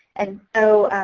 and so